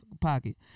pocket